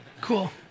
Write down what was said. Cool